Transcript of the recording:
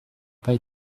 pas